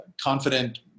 confident